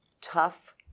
tough